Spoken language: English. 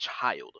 child